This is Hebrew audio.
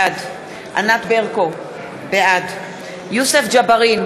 בעד ענת ברקו, בעד יוסף ג'בארין,